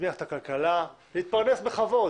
להצמיח את הכלכלה, להתפרנס בכבוד